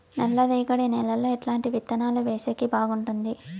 నల్లరేగడి నేలలో ఎట్లాంటి విత్తనాలు వేసేకి బాగుంటుంది?